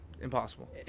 impossible